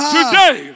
Today